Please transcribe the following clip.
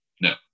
No